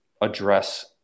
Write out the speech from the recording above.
address